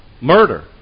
murder